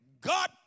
God